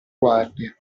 guardie